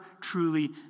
truly